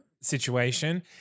situation